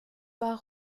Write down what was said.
war